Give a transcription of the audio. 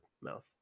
mouth